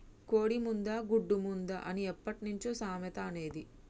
కోడి ముందా, గుడ్డు ముందా అని ఎప్పట్నుంచో సామెత అనేది